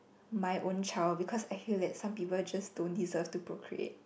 my own child because I feel that some people just don't deserve to procreate